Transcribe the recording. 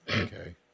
Okay